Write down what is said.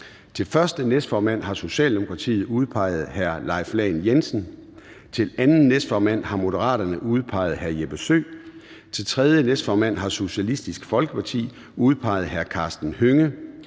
Til første næstformand har Socialdemokratiet udpeget Leif Lahn Jensen. Til anden næstformand har Moderaterne udpeget Jeppe Søe. Til tredje næstformand har Socialistisk Folkeparti udpeget Karsten Hønge.